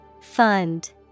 Fund